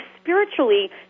spiritually